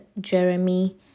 Jeremy